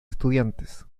estudiantes